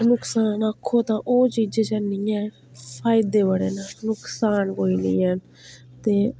नुकसान आक्खो तां ओह् चीजै च हैनी ऐ फायदे बड़े न नुकसान कोई नी ऐ ते